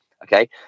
Okay